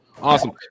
Awesome